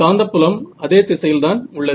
காந்தப்புலம் அதே திசையில் தான் உள்ளது